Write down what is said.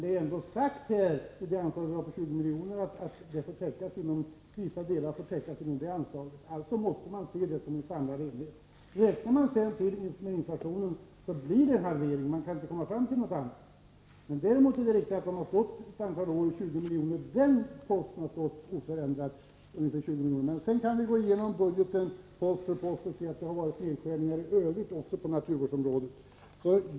Det har sagts att vissa delar av anslaget på 20 miljoner får täckas inom detta anslag. Detta måste alltså ses som en samlad enhet. Räknar vi sedan med inflationen kan vi inte komma fram till annat än att det blir en halvering. Däremot är det riktigt att posten på 20 miljoner har stått oförändrad ett antal år. Vi kan sedan gå igenom budgeten post för post och se att det har gjorts nedskärningar även i övrigt på naturvårdsområdet.